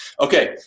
Okay